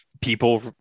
people